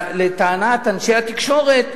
לטענת אנשי התקשורת,